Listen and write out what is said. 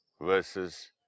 versus